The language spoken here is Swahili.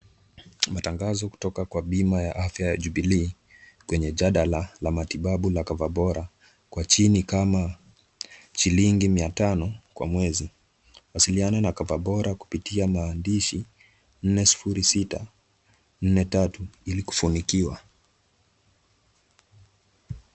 Matangazo kutoka kwa bima ya afya ya Jubilee, kwenye jadala la matibabu la CoverBora, kwa chini kama shilingi mia tano kwa mwezi. Wasiliana na CoverBora kupitia maandishi nne sufuri sita nne tatu ili kufunikiwa.